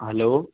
hello